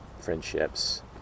friendships